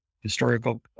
Historical